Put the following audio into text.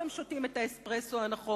אף-על-פי שהם שותים את האספרסו הנכון.